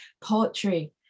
poetry